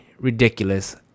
ridiculous